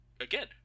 again